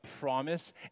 promise